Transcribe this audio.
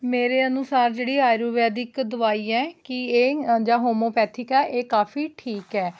ਮੇਰੇ ਅਨੁਸਾਰ ਜਿਹੜੀ ਆਯੁਰਵੈਦਿਕ ਦਵਾਈ ਹੈ ਕਿ ਇਹ ਜਾਂ ਹੋਮਿਓਪੈਥੀਕ ਹੈ ਇਹ ਕਾਫ਼ੀ ਠੀਕ ਹੈ